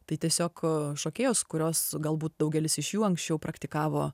tai tiesiog šokėjos kurios galbūt daugelis iš jų anksčiau praktikavo